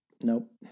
Nope